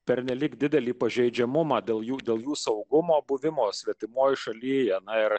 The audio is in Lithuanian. pernelyg didelį pažeidžiamumą dėl jų dėl jų saugumo buvimo svetimoje šalyje na ir